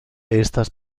estas